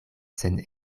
sen